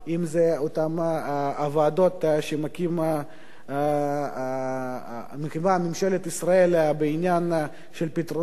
אם זה אותן הוועדות שמקימה ממשלת ישראל בעניין של הפתרונות,